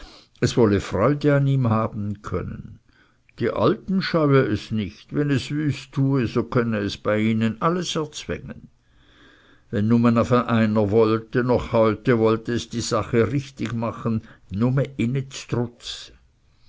es wolle freude an ihm haben können die alten scheue es nicht wenn es wüst tue so könne es bei ihnen alles zwängen wenn es nume afe einer wollte noch heute wollte es die sache richtig machen nume